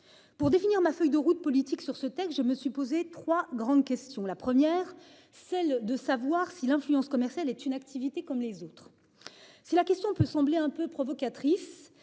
Pour définir ma feuille de route politique sur ce texte. Je me suis posé 3 grandes questions, la première celle de savoir si l'influence commerciale est une activité comme les autres. Si la question peut sembler un peu provocatrice.